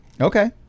Okay